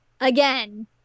again